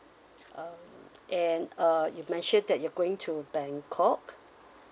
um and uh you mentioned that you're going to bangkok